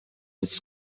its